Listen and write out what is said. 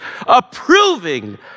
approving